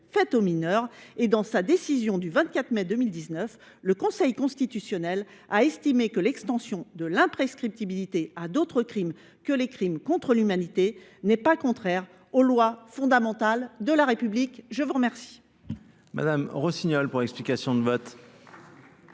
faites aux mineurs. Dans une décision du 24 mai 2019, ajouterai je, le Conseil constitutionnel a estimé que l’extension de l’imprescriptibilité à d’autres crimes que les crimes contre l’humanité n’est pas contraire aux lois fondamentales de la République. La parole